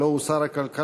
הלוא הוא שר הכלכלה,